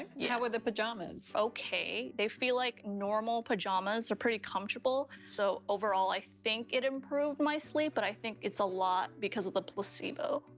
yeah were the pajamas? okay. they feel like normal pajamas, they're pretty comfortable. so over all i think it improved my sleep, but i think it's a lot because of the placebo.